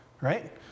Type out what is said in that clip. right